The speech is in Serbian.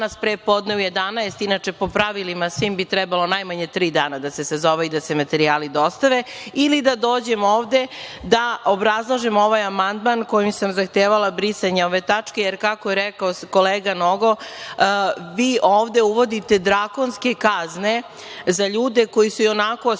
pre podne u 11.00 časova, inače, po pravilima svim bi trebalo najmanje tri dana da se sazove i da se materijali dostave, ili da dođem ovde da obrazlažem ovaj amandman kojim sam zahtevala brisanje ove tačke, jer, kako je rekao kolega Nogo, vi ovde uvodite drakonske kazne za ljude koji su i onako